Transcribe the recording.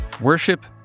Worship